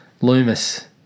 Loomis